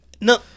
No